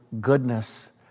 goodness